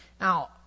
Now